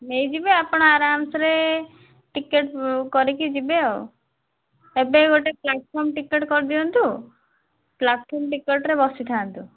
ନେଇଯିବେ ଆପଣ ଆରାମ୍ସେ ରେ ଟିକେଟ୍ କରିକି ଯିବେ ଆଉ ଏବେ ଗୋଟେ ପ୍ଲାଟ୍ଫର୍ମ୍ ଟିକେଟ୍ କରିଦିଅନ୍ତୁ ପ୍ଲାଟ୍ଫର୍ମ୍ ଟିକେଟ୍ ରେ ବସିଥାନ୍ତୁ